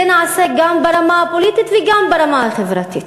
זה נעשה גם ברמה הפוליטית וגם ברמה החברתית.